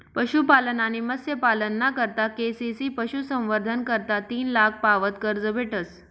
पशुपालन आणि मत्स्यपालना करता के.सी.सी पशुसंवर्धन करता तीन लाख पावत कर्ज भेटस